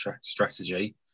strategy